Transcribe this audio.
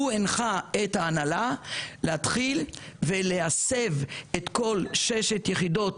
הוא הנחה את ההנהלה להתחיל ולהסב את כל ששת יחידות